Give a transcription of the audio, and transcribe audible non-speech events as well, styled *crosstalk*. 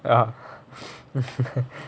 ya *laughs*